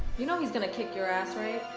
you know he's going to kick your ass, right?